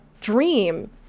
dream